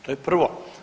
To je prvo.